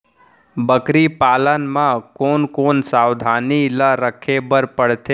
बकरी पालन म कोन कोन सावधानी ल रखे बर पढ़थे?